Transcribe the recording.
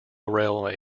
railway